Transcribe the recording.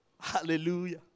Hallelujah